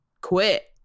quit